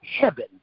heaven